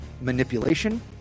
manipulation